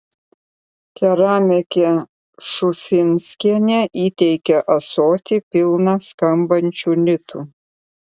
keramikė šufinskienė įteikė ąsotį pilną skambančių litų